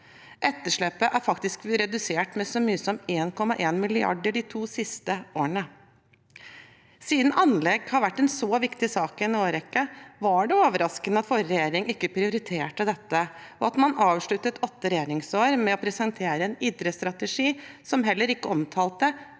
Etterslepet er faktisk redusert med så mye som 1,1 mrd. kr de to siste årene. Siden anlegg har vært en så viktig sak i en årrekke, var det overraskende at forrige regjering ikke prioriterte dette, og at man avsluttet åtte regjeringsår med å presentere en idrettsstrategi som heller ikke omtalte